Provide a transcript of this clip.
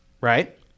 right